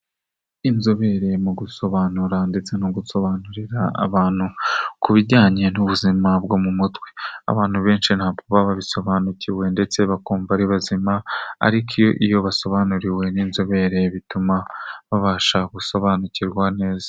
inzobere mu gusobanura ndetse no gusobanurira abantu, ku bijyanye n'ubuzima bwo mu mutwe, abantu benshi ntabwo baba babisobanukiwe ndetse bakumva ari bazima, ariko iyo iyo basobanuriwe n'inzobere bituma babasha gusobanukirwa neza.